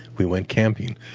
we went camping.